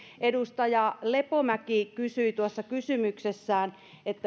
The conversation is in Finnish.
edustaja lepomäki kysyi tuossa kysymyksessään